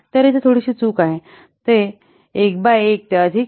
तर येथे थोडीशी चूक आहे ते 1 बाय 1 ते अधिक 0